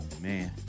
man